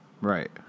Right